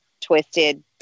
twisted